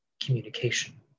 communication